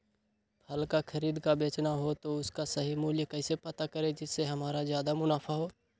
फल का खरीद का बेचना हो तो उसका सही मूल्य कैसे पता करें जिससे हमारा ज्याद मुनाफा हो?